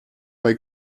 bei